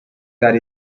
that